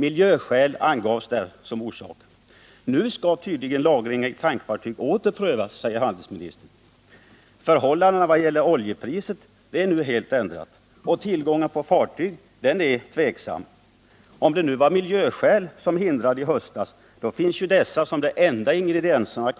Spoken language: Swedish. Miljöskäl angavs som orsak. Nu skall tydligen frågan om lagring i tankfartyg åter prövas, enligt vad handelsministern säger. Men förhållandena vad gäller oljepriset är nu helt ändrade, och om det finns tillgång på fartyg är tveksamt. Om det nu var miljöskäl som hindrade den här åtgärden i höstas, finns ju dessa kvar i dag som den enda ingrediensen. Men